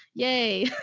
yay.